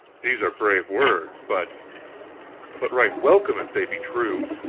these are brave words but but right welcome, if they be true.